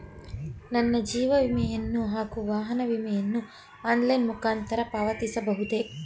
ನನ್ನ ಜೀವ ವಿಮೆಯನ್ನು ಹಾಗೂ ವಾಹನ ವಿಮೆಯನ್ನು ಆನ್ಲೈನ್ ಮುಖಾಂತರ ಪಾವತಿಸಬಹುದೇ?